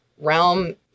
Realm